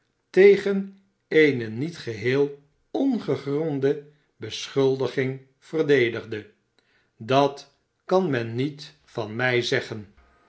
tegen eene niet geheel ongegronde beschuldigmg verdedigde dat kan men niet van mij zeggen